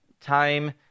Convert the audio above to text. time